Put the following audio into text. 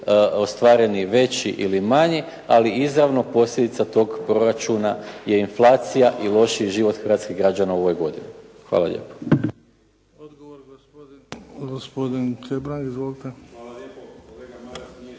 ostvareni veći ili manji, ali izravno posljedica tog proračuna je inflacija i lošiji život hrvatskih građana u ovoj godini. Hvala lijepo.